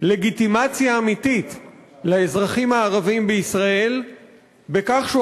לגיטימציה אמיתית לאזרחים הערבים בישראל בכך שהוא